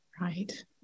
Right